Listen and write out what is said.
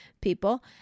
people